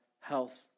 health